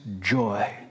joy